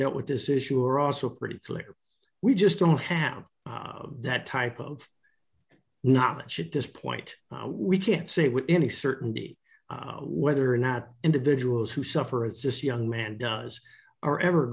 dealt with this issue are also pretty clear we just don't have that type of knowledge should this point we can't say with any certainty whether or not individuals who suffer it's just young man does are ever